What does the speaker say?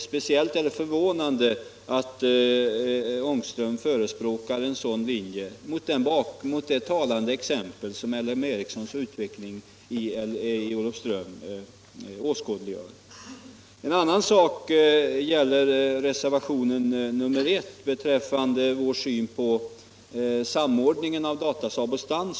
Speciellt är det förvånande att herr Ångström förespråkar en sådan linje mot bakgrund av det talande exempel som LM Ericssons utveckling i Olofström åskådliggör. Jag vill också säga en annan sak beträffande reservationen 1 och vår syn på samordningen av Datasaab och Stansaab.